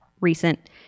recent